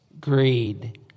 greed